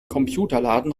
computerladen